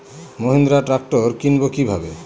Mahindra tractor কিনবো কি ভাবে?